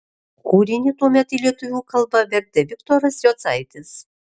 kūrinį tuomet į lietuvių kalbą vertė viktoras jocaitis